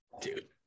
Dude